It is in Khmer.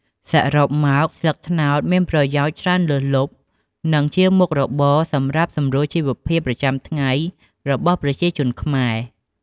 សរុបមក ស្លឹកត្នោតមានប្រយោជន៍ច្រើនលើសលប់ និងជាមុខរបរសម្រាប់សម្រួលជីវភាពប្រចាំថ្ងៃរបស់ប្រជាជនខ្មែរ។